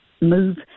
move